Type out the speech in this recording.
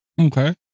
Okay